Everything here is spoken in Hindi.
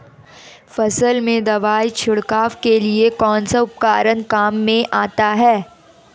फसल में दवाई छिड़काव के लिए कौनसा उपकरण काम में आता है?